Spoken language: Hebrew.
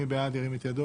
מי בעד ירים את ידו.